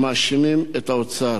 המאשימים את האוצר.